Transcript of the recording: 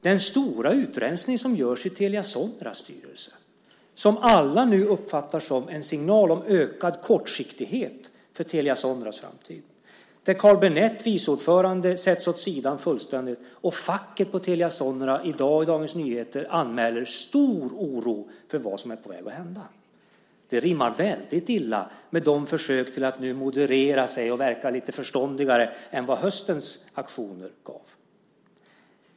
Den stora utrensning som görs i Telia Soneras styrelse uppfattas av alla som en signal om ökad kortsiktighet för Telia Soneras framtid. Vice ordföranden Carl Bennet ställs fullständigt åt sidan, och i Dagens Nyheter anmäler facket vid Telia Sonera i dag stor oro för vad som är på väg att hända. Det rimmar illa med försöken att nu moderera sig och verka lite förståndigare än vid höstens aktioner.